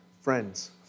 Friends